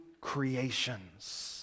creations